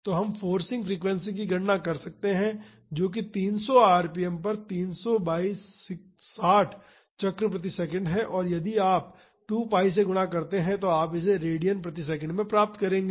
तो हम forcing frequency की गणना कर सकते हैं जो कि 300 आरपीएम पर है जो 300 बाई 60 चक्र प्रति सेकंड है और यदि आप 2 pi से गुणा करते हैं तो आप इसे रेडियन प्रति सेकंड में प्राप्त करेंगे